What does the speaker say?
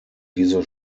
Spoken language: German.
diese